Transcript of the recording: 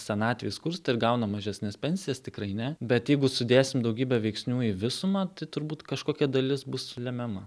senatvėj skursta ir gauna mažesnes pensijas tikrai ne bet jeigu sudėsim daugybę veiksnių į visumą tai turbūt kažkokia dalis bus lemiama